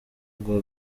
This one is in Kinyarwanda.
guha